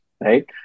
right